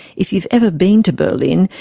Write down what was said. if you've ever been to berlin,